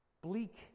bleak